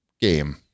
game